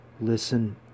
Listen